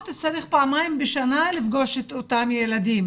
צריך פעמיים בשנה לפגוש את אותם ילדים.